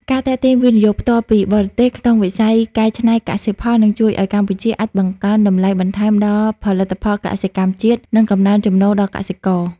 ការទាក់ទាញ វិនិយោគផ្ទាល់ពីបរទេស ក្នុងវិស័យកែច្នៃកសិផល នឹងជួយឱ្យកម្ពុជាអាចបង្កើនតម្លៃបន្ថែមដល់ផលិតផលកសិកម្មជាតិ និងបង្កើនចំណូលដល់កសិករ។